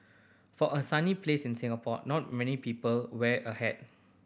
for a sunny place in Singapore not many people wear a hat